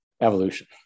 Evolution